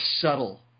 subtle